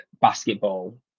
basketball